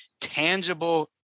tangible